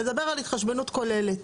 לדבר על התחשבנות כוללת.